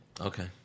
Okay